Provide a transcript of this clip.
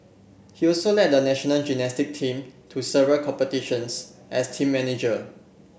he also led the national gymnastic team to several competitions as team manager